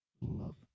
love